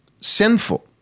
sinful